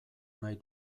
nahi